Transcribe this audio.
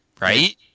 Right